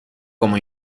como